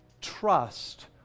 trust